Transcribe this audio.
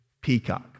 peacock